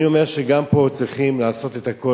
אני אומר שגם פה צריכים לעשות הכול.